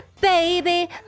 Baby